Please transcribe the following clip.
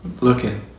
looking